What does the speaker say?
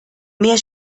mehr